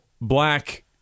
black